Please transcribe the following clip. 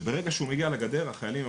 וברגע שהוא מגיע לגדר החיילים,